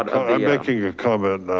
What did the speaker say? i'm making a comment now.